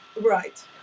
Right